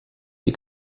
die